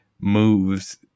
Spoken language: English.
moves